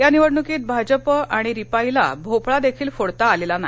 या निवडणुकीत भाजप आणि रिपाईला भोपळा देखील फोडता आला नाही